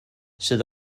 sydd